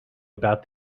about